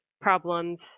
problems